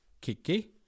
Kiki